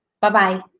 Bye-bye